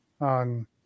on